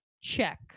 check